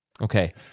Okay